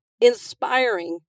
inspiring